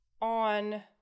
on